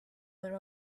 were